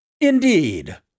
Indeed